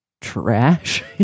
trash